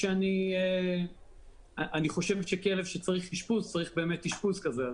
שלדעתי כלב שצריך אשפוז צריך באמת אשפוז כזה.